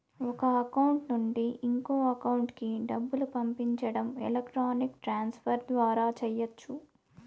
ఒక అకౌంట్ నుండి ఇంకో అకౌంట్ కి డబ్బులు పంపించడం ఎలక్ట్రానిక్ ట్రాన్స్ ఫర్ ద్వారా చెయ్యచ్చు